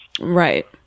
Right